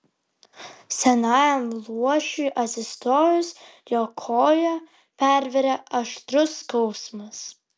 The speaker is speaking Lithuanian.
senajam luošiui atsistojus jo koją pervėrė aštrus skausmas